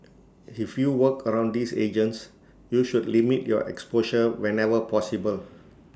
if you work around these agents you should limit your exposure whenever possible